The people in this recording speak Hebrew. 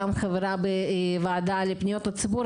גם חברה בוועדה לפניות הציבור,